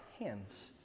hands